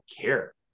care